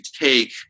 take